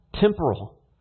temporal